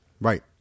Right